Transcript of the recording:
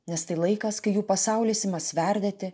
nes tai laikas kai jų pasaulis ima sverdėti